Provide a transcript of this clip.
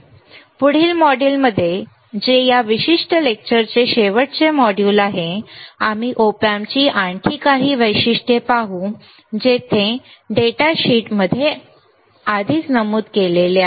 पुढील मॉड्यूलमध्ये जे या विशिष्ट लेक्चरचे शेवटचे मॉड्यूल आहे आम्ही Op Amp ची आणखी काही वैशिष्ट्ये पाहू जे डेटा शीटमध्ये आधीच नमूद केलेले आहे